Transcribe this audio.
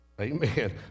Amen